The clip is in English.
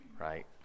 right